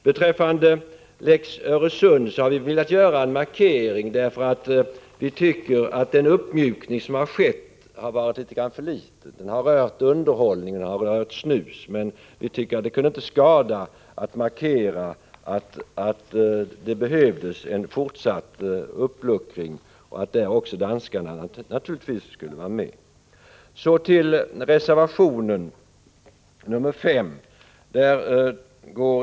Beträffande lex Öresund har vi velat göra en markering, därför att vi tycker att den uppmjukning som skett inte varit tillräcklig. Den har rört underhållning, den har rört snus, men vi tycker att det inte kan skada att markera att det behövs en fortsatt uppluckring och att danskarna därvidlag naturligtvis skall vara med. Så till reservationen nr 5.